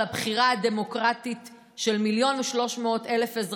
הבחירה הדמוקרטית של 1.3 מיליון אזרחים.